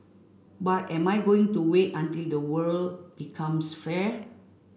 but am I going to wait until the world becomes fair